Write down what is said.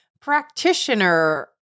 practitioner